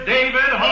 David